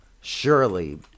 surely